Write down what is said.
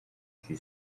she